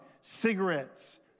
cigarettes